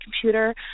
computer